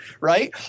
right